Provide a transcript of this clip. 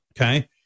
Okay